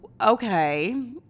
okay